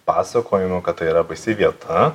pasakojimų kad tai yra baisi vieta